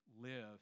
live